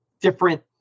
different